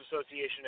Association